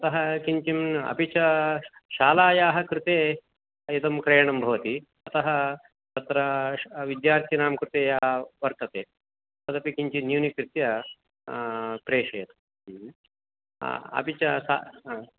अतः किं किम् अपि च शालायाः कृते इदं क्रयणं भवति अतः तत्र विद्यार्थिनां कृते यः वर्तते तदपि किञ्चित् न्यूनीकृत्य प्रेषयतु अपि च